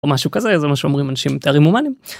משהו כזה זה מה שאומרים אנשים עם תארים אומנים.